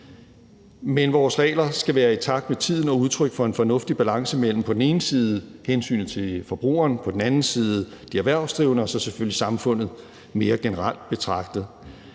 Men vores regler skal være i takt med tiden og udtryk for en fornuftig balance mellem på den ene side hensynet til forbrugeren, på den anden side de erhvervsdrivende og så selvfølgelig samfundet mere generelt betragtet.